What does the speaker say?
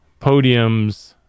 podiums